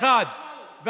4.1%. 4.1%. איזה משמעות?